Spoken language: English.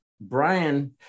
Brian